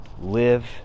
live